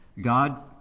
God